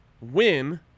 win